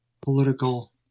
political